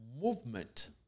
movement